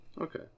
Okay